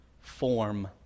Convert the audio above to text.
form